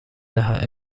دهد